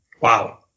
Wow